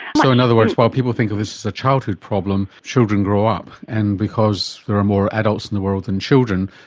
so in other words while people think of this as a childhood problem, children grow up. and because there are more adults in the world than children,